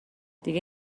دیگه